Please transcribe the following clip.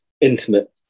intimate